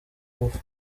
ingufu